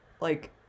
Like-